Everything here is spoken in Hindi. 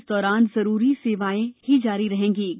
इस दौरान जरूरी सेवाएं ही जारी रहेगीं